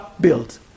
built